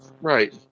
Right